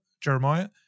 Jeremiah